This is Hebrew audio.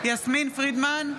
יסמין פרידמן,